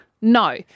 No